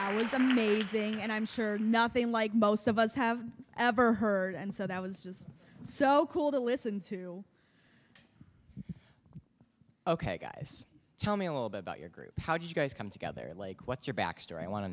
it was amazing and i'm sure nothing like most of us have ever heard and so that was just so cool to to listen ok guys tell me a little bit about your group how did you guys come together like what's your